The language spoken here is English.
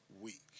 week